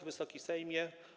Wysoki Sejmie!